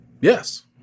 yes